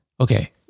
okay